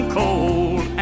cold